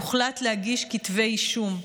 הוחלט להגיש כתבי אישום.